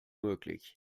möglich